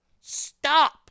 Stop